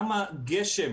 גם הגשם